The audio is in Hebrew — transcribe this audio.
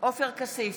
עופר כסיף,